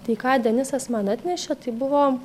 tai ką denisas man atnešė tai buvo